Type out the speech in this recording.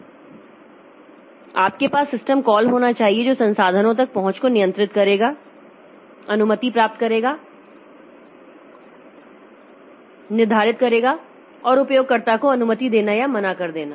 तो आपके पास सिस्टम कॉल होना चाहिए जो संसाधनों तक पहुंच को नियंत्रित करेगा अनुमति प्राप्त करेगा निर्धारित करेगा और उपयोगकर्ता को अनुमति देना या मना कर देना